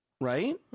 Right